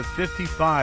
55